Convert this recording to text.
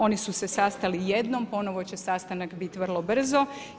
Oni su se sastali jednom, ponovno će sastanak biti vrlo brzo.